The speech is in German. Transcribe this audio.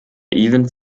evans